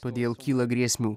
todėl kyla grėsmių